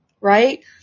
right